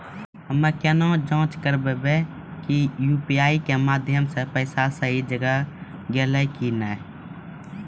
हम्मय केना जाँच करबै की यु.पी.आई के माध्यम से पैसा सही जगह गेलै की नैय?